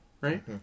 right